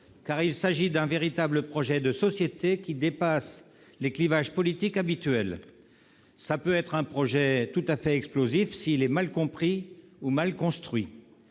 car il s'agit d'un véritable projet de société, qui dépasse les clivages politiques habituels. Mais ce peut être un projet explosif s'il est mal compris ou mal construit